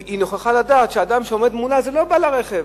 היא נוכחה לדעת שהאדם שעומד מולה הוא לא בעל הרכב.